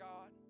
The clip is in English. God